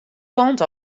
kant